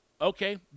Okay